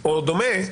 או דומה,